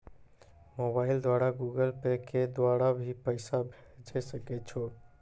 Mobile द्वारा Google Pay के द्वारा भी पैसा भेजै सकै छौ?